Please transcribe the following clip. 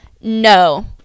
no